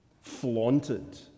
flaunted